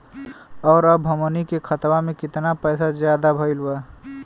और अब हमनी के खतावा में कितना पैसा ज्यादा भईल बा?